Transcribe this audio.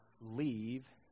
leave